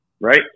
Right